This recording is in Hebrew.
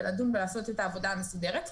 לדון ולעשות עבודה מסודרת.